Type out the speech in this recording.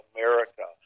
America